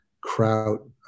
Kraut